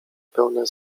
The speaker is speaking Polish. pełne